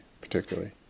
particularly